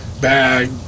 bag